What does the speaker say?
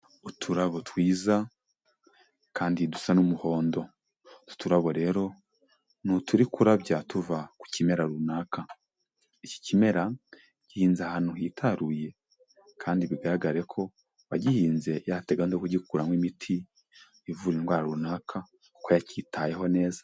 Uturabo twiza kandi dusa n'umuhondo, uturabo rero ni uturi kurabya tuva ku kimera runaka, iki kimera gihinze ahantu hitaruye kandi bigaragare ko uwagihinze yari afite gahunda yo kugikuramo imiti, ivura indwara runaka kuko yacyitayeho neza.